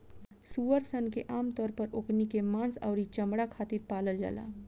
सूअर सन के आमतौर पर ओकनी के मांस अउरी चमणा खातिर पालल जाला